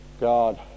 God